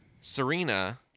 Serena